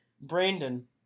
Brandon